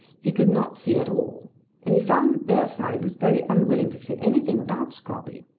he could not see at all and he found that bearside was very unwilling to say anything about scrobby.